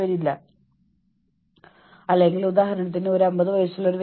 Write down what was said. നിങ്ങൾ വളരെയധികം ഭക്ഷണം കഴിക്കാൻ തുടങ്ങുന്നു അല്ലെങ്കിൽ പൂർണ്ണമായും ഉപേക്ഷിക്കുന്നു